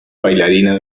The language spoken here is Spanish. bailarina